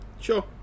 Sure